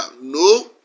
No